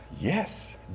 Yes